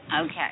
Okay